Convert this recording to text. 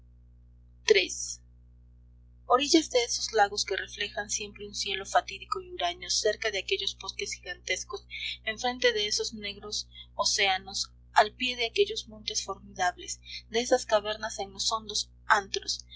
orillas de esos lagos que reflejan siempre un cielo fatídico y huraño cerca de aquellos bosques gigantescos enfrente de esos negros océanos al pie de aquellos montes formidables de esas cavernas en los hondos antros